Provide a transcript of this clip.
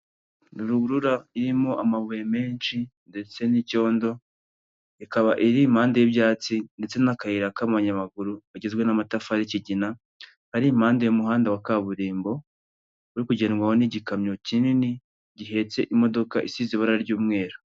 Ruhurura irimo amabuye menshi ndetse n'icyondo ikaba iri impande y'ibyatsi ndetse n'akayira k'ayamaguru kagizwe n'amatafari y'ikigina ari impande y'umuhanda wa kaburimbo uri kugenrwamo n'igikamyo kinini gihetse imodoka isize ibara ry'umweru.